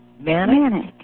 manic